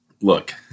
Look